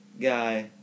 guy